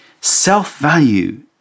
Self-value